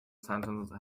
sentences